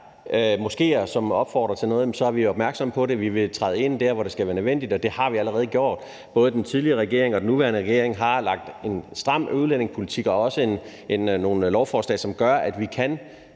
moskéer, som opfordrer til noget, så er vi opmærksomme på det. Vi vil træde ind der, hvor det er nødvendigt, og det har vi allerede gjort. Både den tidligere regering og den nuværende regering har ført en stram udlændingepolitik og også fremsat nogle lovforslag, som gør, at vi kan